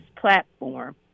platform